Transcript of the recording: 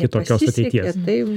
nepasisekė taip